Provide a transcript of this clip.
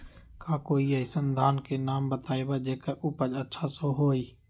का कोई अइसन धान के नाम बताएब जेकर उपज अच्छा से होय?